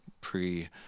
pre